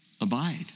Abide